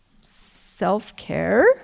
self-care